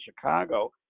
Chicago